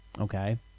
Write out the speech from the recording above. Okay